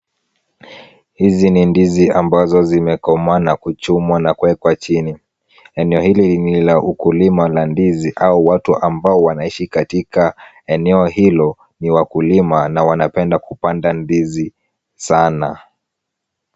Hizi ni ndizi ambazo zimekomaa na kuchumwa na kuwekwa chini, eneo hili ni la ukulima la ndizi au watu ambao wanaishi katika eneo hilo ni wakulima na wanapenda kupanda ndizi sana.